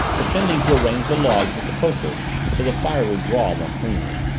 pretending to arrange the logs with the poker so the fire would draw more cleanly.